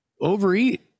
overeat